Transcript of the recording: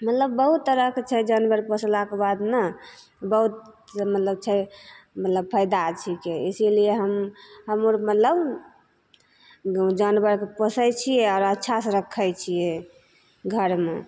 मतलब बहुत तरहके छै जानवर पोसलाके बाद ने बहुत मतलब छै मतलब फायदा छिकै इसीलिए हम हम आओर मतलब ग जानवरके पोसै छिए आओर अच्छासे रखै छिए घरमे